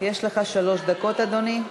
יש לך שלוש דקות, אדוני.